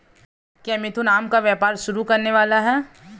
क्या मिथुन आम का व्यापार शुरू करने वाला है?